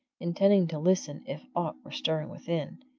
intending to listen if aught were stirring within,